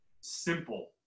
simple